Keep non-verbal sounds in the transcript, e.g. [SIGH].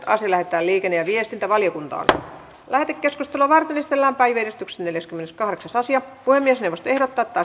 [UNINTELLIGIBLE] asia lähetetään liikenne ja viestintävaliokuntaan lähetekeskustelua varten esitellään päiväjärjestyksen neljäskymmeneskahdeksas asia puhemiesneuvosto ehdottaa että [UNINTELLIGIBLE]